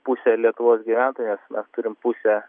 pusė lietuvos gyventojas mes turim pusę